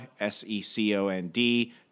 S-E-C-O-N-D